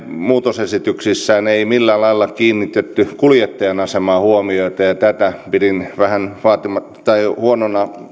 muutosesityksissä ei millään lailla kiinnitetty kuljettajan asemaan huomiota ja tätä pidin vähän huonona